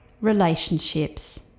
relationships